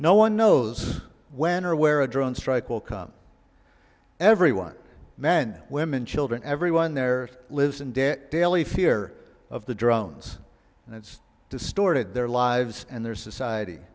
no one knows when or where a drone strike will come everyone men women children everyone there lives in debt daily fear of the drones and it's distorted their lives and their society